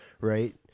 Right